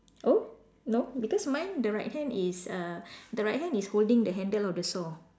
oh no because mine the right hand is err the right hand is holding the handle of the saw